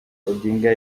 odinga